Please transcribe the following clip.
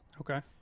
Okay